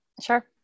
Sure